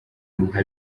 nka